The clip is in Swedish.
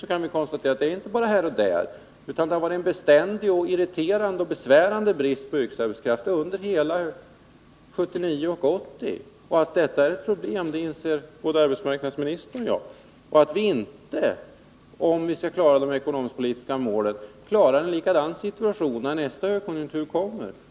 Då kan vi konstatera att det ärinte bara är ”här och där” som det har rått bristsituationer. Det har i stället varit en beständig och irriterande brist på yrkeskunnig arbetskraft under hela 1979 och 1980. Att detta är ett problem inser både arbetsmarknadsministern och jag. Och om vi skall kunna uppnå de ekonomisk-politiska målen, klarar vi inte en likadan situation när nästa högkonjunktur kommer.